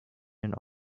and